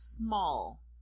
small